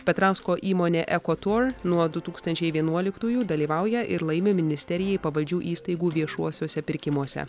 petrausko įmonė ekotur nuo du tūkstančiai vienuoliktųjų dalyvauja ir laimi ministerijai pavaldžių įstaigų viešuosiuose pirkimuose